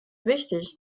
wichtig